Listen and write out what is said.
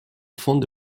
fonde